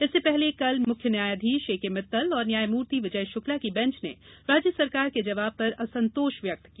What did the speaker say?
इससे पहले कल मुख्य न्यायधीश एके मित्तल और न्यायमूर्ति विजय शुक्ला की बेंच ने राज्य सरकार के जवाब पर असंतोष व्यक्त किया